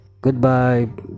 Goodbye